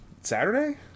Saturday